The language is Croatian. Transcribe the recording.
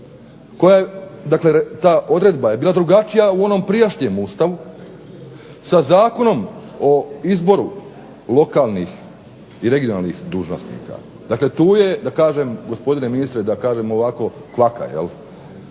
2010., dakle ta odredba je bila drugačija u onom prijašnjem ustavu, sa zakonom o izboru lokalnih i regionalnih dužnosnika. Dakle, tu je gospodine ministre da kažem ovako kvaka i mi